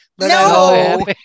No